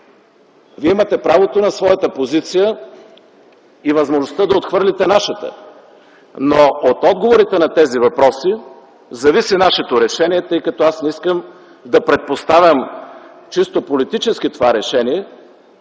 Вие имате правото на своята позиция и възможността да отхвърлите нашата, но от отговорите на тези въпроси зависи нашето решение, тъй като аз не искам да предпоставям чисто политически това решение,